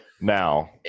now